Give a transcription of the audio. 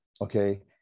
Okay